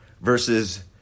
versus